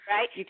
Right